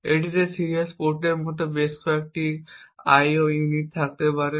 এটিতে সিরিয়াল পোর্টের মতো বেশ কয়েকটি আইও ইউনিট থাকতে পারে